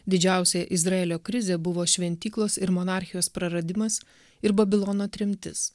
didžiausia izraelio krizė buvo šventyklos ir monarchijos praradimas ir babilono tremtis